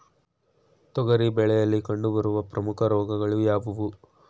ತೊಗರಿ ಬೆಳೆಯಲ್ಲಿ ಕಂಡುಬರುವ ಪ್ರಮುಖ ರೋಗಗಳು ಯಾವುವು?